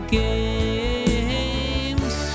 games